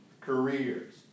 careers